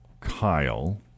Kyle